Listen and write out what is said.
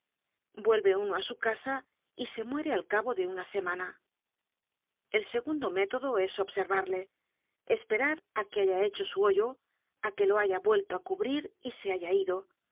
vuelve uno á su casa y se muere al cabo de una semana el segundo método es observarle esperar á que haya hecho su hoyo á que lo haya vuelto á cubrir y se haya ido